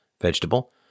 vegetable